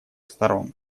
сторон